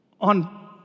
on